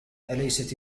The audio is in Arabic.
أليست